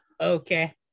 Okay